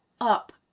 up